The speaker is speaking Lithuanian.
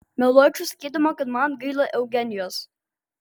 meluočiau sakydama kad man gaila eugenijos